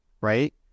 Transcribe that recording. right